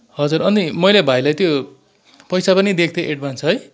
हजुर अनि मैले भाइलाई त्यो पैसा पनि दिएको थिएँ एडवान्स